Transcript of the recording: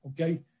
okay